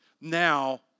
now